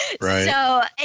Right